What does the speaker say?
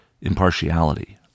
impartiality